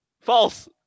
False